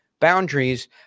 boundaries